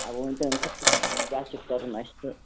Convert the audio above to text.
اَوا کیٛاہ چھِ کَرُن اَسہِ تہٕ